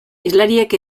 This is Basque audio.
hizlariek